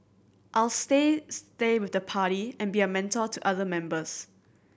I'll stay stay with the party and be a mentor to other members